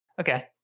okay